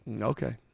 Okay